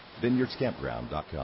VineyardsCampground.com